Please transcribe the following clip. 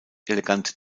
elegante